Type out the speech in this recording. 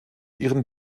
ihren